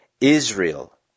Israel